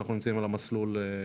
אנחנו נמצאים על המסלול הנכון.